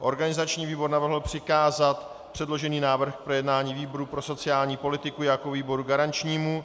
Organizační výbor navrhl přikázat předložený návrh k projednání výboru pro sociální politiku jako výboru garančnímu.